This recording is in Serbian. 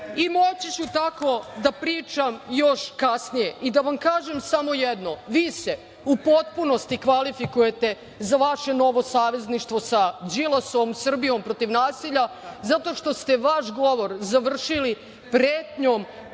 I moći ću tako da pričam još kasnije.15/2 MZ/MĆI da vam kažem samo jedno, vi se u potpunosti kvalifikujete za vaše novo savezništvo sa Đilasom, Srbijom protiv nasilja, zato što ste vaš govor završili pretnjom: